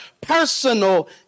personal